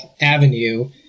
avenue